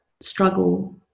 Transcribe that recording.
struggle